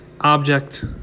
object